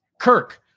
Kirk